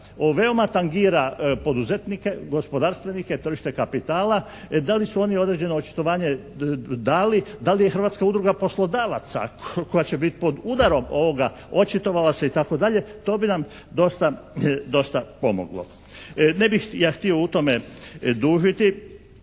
veoma tangira poduzetnike, gospodarstvenike, tržište kapitala. Da li su oni određeno očitovanje dali? Da li je Hrvatska udruga poslodavaca koja će biti pod udarom ovoga očitovala se itd. to bi nam dosta pomoglo. Ne bih ja htio u tome dužiti.